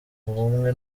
ubumwe